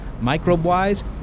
Microbe-wise